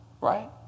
right